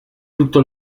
tutto